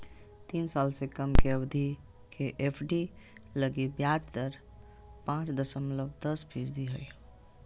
तीन साल से कम के अवधि के एफ.डी लगी ब्याज दर पांच दशमलब दस फीसदी हइ